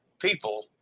people